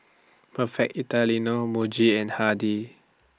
Perfect Italiano Muji and Hardy's